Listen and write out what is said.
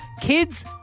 kids